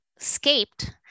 escaped